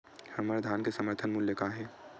हमर धान के समर्थन मूल्य का हे?